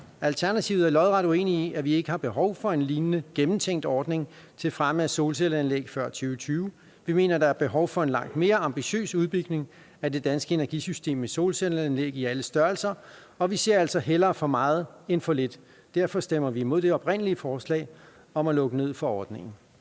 Alternativet er lodret uenig i, at vi ikke har behov for en lignende gennemtænkt ordning til fremme af solcelleanlæg før 2020. Vi mener, der er behov for en langt mere ambitiøs udbygning af det danske energisystem med solcelleanlæg i alle størrelser, og vi ser altså hellere for meget end for lidt. Derfor stemmer vi imod det oprindelige forslag om at lukke ned for ordningen.